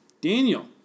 Daniel